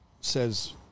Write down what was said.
says